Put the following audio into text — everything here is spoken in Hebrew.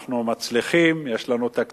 אנחנו מצליחים, יש לנו תקציב.